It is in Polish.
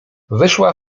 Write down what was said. wyszła